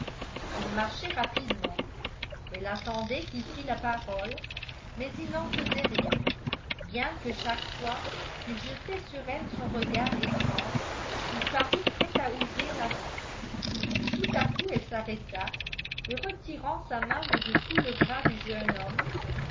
ils marchaient rapidement elle attendait qu'il prît la parole mais il n'en faisait rien bien que chaque fois qu'il jetait sur elle son regard étrange il parût prêt à ouvrir la bouche tout à coup elle s'arrêta et retirant sa main de dessous le bras du jeune homme